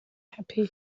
happy